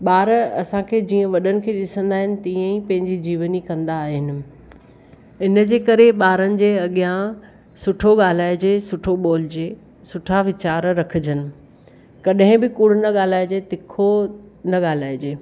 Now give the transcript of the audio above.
ॿार असांखे जीअं वॾनि खे ॾिसंदा आहिनि तीअं ई पंहिंजी जीवनी कंदा आहिनि हिनजे करे ॿारनि जे अॻियां सुठो ॻाल्हाइजे सुठो ॿोलजे सुठा वीचार रखजनि कॾहिं बि कूड़ु न ॻाल्हाइजे तिखो न ॻाल्हाइजे